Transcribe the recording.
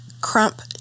Crump